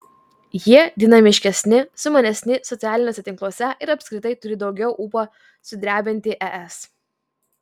jie dinamiškesni sumanesni socialiniuose tinkluose ir apskritai turi daugiau ūpo sudrebinti es